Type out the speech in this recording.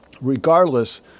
regardless